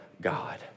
God